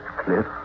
cliff